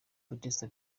batista